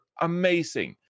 amazing